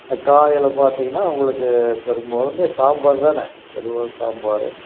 ஆ காலையில் பார்த்திங்கன்னா உங்களுக்கு பெரும்பாலுமே சாம்பார் தானே பெரும்பாலும் சாம்பார்